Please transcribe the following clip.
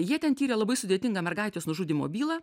jie ten tyrė labai sudėtingą mergaitės nužudymo bylą